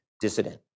dissident